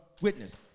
witness